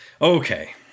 Okay